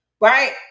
right